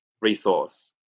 resource